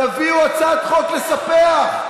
תביאו הצעת חוק לספח,